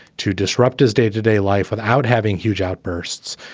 to disrupt his day to day life without having huge outbursts,